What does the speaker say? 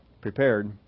prepared